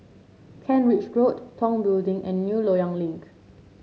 Kent Ridge Road Tong Building and New Loyang Link